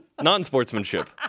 non-sportsmanship